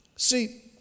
See